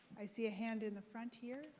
i see a hand in the front here.